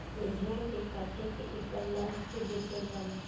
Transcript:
ए भेड़ के काट के ऐकर मांस के बेचल जाला